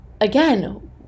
Again